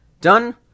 Done